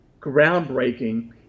groundbreaking